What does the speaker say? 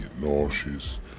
nauseous